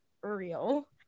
real